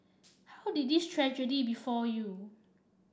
how did this tragedy befall you